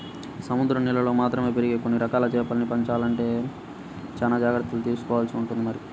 సముద్రం నీళ్ళల్లో మాత్రమే పెరిగే కొన్ని రకాల చేపల్ని పెంచాలంటే చానా జాగర్తలు తీసుకోవాల్సి ఉంటుంది మరి